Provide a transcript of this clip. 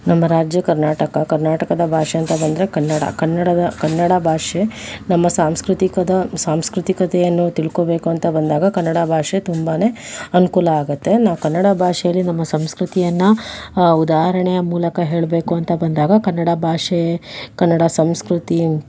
ನಮ್ಮ ರಾಜ್ಯ ಕರ್ನಾಟಕ ಕರ್ನಾಟಕದ ಭಾಷೆ ಅಂತ ಬಂದರೆ ಕನ್ನಡ ಕನ್ನಡದ ಕನ್ನಡ ಭಾಷೆ ನಮ್ಮ ಸಾಂಸ್ಕೃತಿಕದ ಸಾಂಸ್ಕೃತಿಕತೆಯನ್ನು ತಿಳ್ಕೋಬೇಕು ಅಂತ ಬಂದಾಗ ಕನ್ನಡ ಭಾಷೆ ತುಂಬನೇ ಅನುಕೂಲ ಆಗತ್ತೆ ನಾನು ಕನ್ನಡ ಭಾಷೆಯಲ್ಲಿ ನಮ್ಮ ಸಂಸ್ಕೃತಿಯನ್ನು ಉದಾಹರಣೆಯ ಮೂಲಕ ಹೇಳ್ಬೇಕು ಅಂತ ಬಂದಾಗ ಕನ್ನಡ ಭಾಷೆ ಕನ್ನಡ ಸಂಸ್ಕೃತಿ